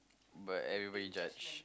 but everybody judge